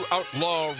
Outlaw